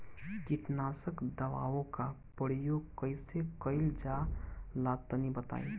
कीटनाशक दवाओं का प्रयोग कईसे कइल जा ला तनि बताई?